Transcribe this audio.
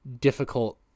difficult